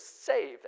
save